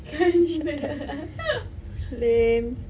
shut up lame